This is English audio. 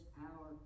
power